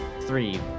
Three